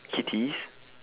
kitties